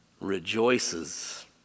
rejoices